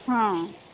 ହଁ